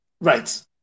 Right